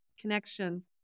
connection